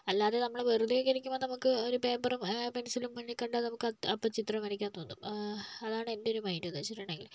അല്ലാതെ നമ്മൾ വെറുതെ ഇങ്ങനെ ഇരിക്കുമ്പോൾ നമുക്ക് ഒരു പേപ്പറും പെൻസിലും മുന്നിൽ കണ്ട് നമുക്കപ്പം ചിത്രം വരയ്ക്കാൻ തോന്നും അതാണ് എൻറ്റൊരു മൈൻ്റെന്ന് വെച്ചിട്ടുണ്ടെങ്കിൽ